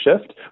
shift